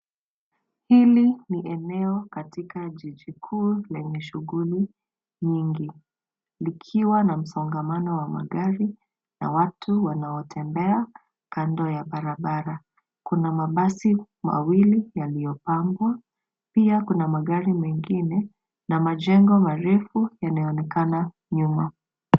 Hili ni eneo katika jiji kuu lenye shughuli nyingi likiwa na msongamano wa magari na watu wanaotembea kando ya barabara. Kuna mabasi mawili yaliyopangwa. Pia kuna magari mengine na majengo marefu yanayoonekana nyuma.